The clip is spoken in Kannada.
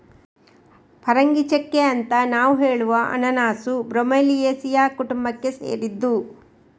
ಪರಂಗಿಚೆಕ್ಕೆ ಅಂತ ನಾವು ಹೇಳುವ ಅನನಾಸು ಬ್ರೋಮೆಲಿಯೇಸಿಯ ಕುಟುಂಬಕ್ಕೆ ಸೇರಿದ್ದು